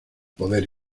poder